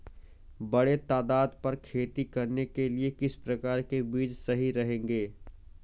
बड़े तादाद पर खेती करने के लिए किस प्रकार के बीज सही रहेंगे?